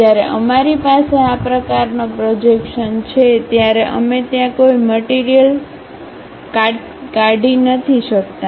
જ્યારે અમારી પાસે આ પ્રકારનો પ્રોજેક્શન છે ત્યારે અમે ત્યાં કોઈ મટીરીયલ કાઠી નથી શકતા